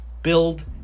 Build